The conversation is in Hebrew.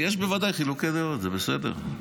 בוודאי יש חילוקי דעות, וזה בסדר.